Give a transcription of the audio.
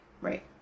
right